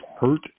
hurt